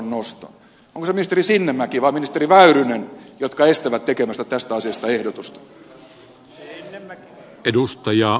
onko se ministeri sinnemäki vai ministeri väyrynen joka estää tekemästä tästä asiasta ehdotusta